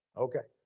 okay.